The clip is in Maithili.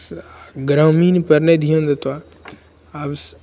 तऽ सएह ग्रामीण पर नहि ध्यान देत आब आबु सर